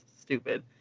stupid